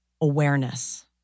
awareness